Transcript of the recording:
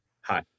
hi